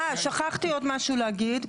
אה, שכחתי עוד משהו להגיד.